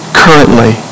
currently